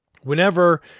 whenever